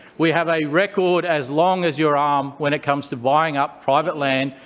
we have a record as long as your arm when it comes to buying up private land,